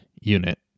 unit